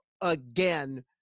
Again